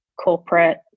corporate